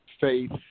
faith